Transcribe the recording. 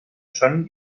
són